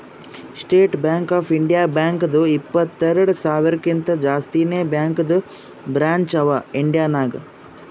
state Bank of India ಬ್ಯಾಂಕ್ದು ಇಪ್ಪತ್ತೆರೆಡ್ ಸಾವಿರಕಿಂತಾ ಜಾಸ್ತಿನೇ ಬ್ಯಾಂಕದು ಬ್ರ್ಯಾಂಚ್ ಅವಾ ಇಂಡಿಯಾ ನಾಗ್